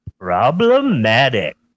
problematic